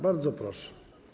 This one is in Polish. Bardzo proszę.